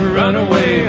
runaway